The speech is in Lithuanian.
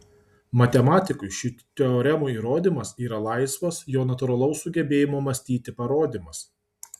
matematikui šių teoremų įrodymas yra laisvas jo natūralaus sugebėjimo mąstyti parodymas